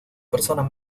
personas